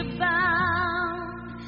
bound